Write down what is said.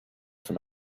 from